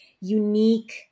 unique